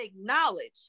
acknowledge